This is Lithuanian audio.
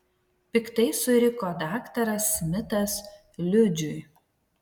piktai suriko daktaras smitas liudžiui